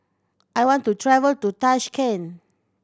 I want to travel to Tashkent